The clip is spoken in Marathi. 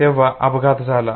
जेव्हा हा अपघात झाला